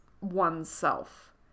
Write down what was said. oneself